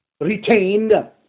retained